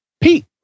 Pete